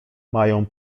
mają